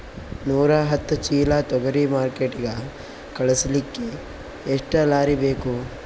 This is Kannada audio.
ನೂರಾಹತ್ತ ಚೀಲಾ ತೊಗರಿ ಮಾರ್ಕಿಟಿಗ ಕಳಸಲಿಕ್ಕಿ ಎಷ್ಟ ಲಾರಿ ಬೇಕು?